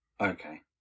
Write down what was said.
Okay